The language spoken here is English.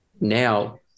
now